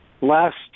last